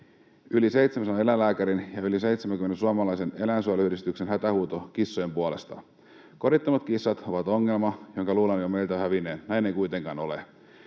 yli 700 eläinlääkärin ja yli 70 suomalaisen eläinsuojeluyhdistyksen hätähuuto kissojen puolesta. Kodittomat kissat ovat ongelma, jonka luulin meiltä jo hävinneen. Näin ei kuitenkaan ole.